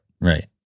Right